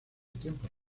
tiempos